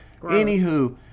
Anywho